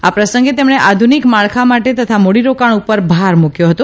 આ પ્રસંગે તેમણે આધુનિક માળખા માટે તથા મુડીરોકાણ પર ભાર મુકથો હતો